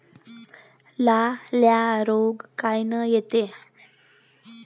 लाल्या रोग कायनं येते?